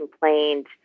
complained